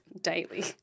daily